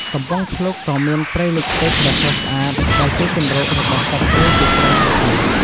កំពង់ភ្លុក ក៏មានព្រៃលិចទឹកដ៏ស្រស់ស្អាត ដែលជាជម្រករបស់សត្វព្រៃជាច្រើនប្រភេទ ។